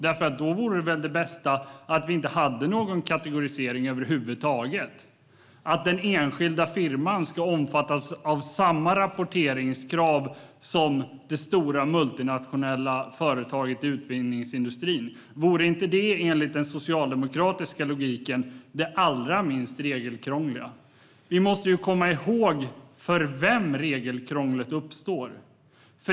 Då vore väl det bästa att vi inte hade någon kategorisering över huvud taget och att den enskilda firman ska omfattas av samma rapporteringskrav som det stora multinationella företaget i utvinningsindustrin. Vore inte det enligt den socialdemokratiska logiken det allra minst regelkrångliga? Vi måste komma ihåg för vem regelkrånglet uppstår.